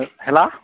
hello